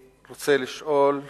אדוני היושב-ראש, אני רוצה לשאול לבסוף,